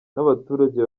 n’abaturage